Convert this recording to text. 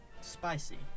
spicy